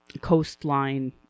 coastline